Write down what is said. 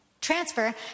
transfer